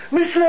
Miss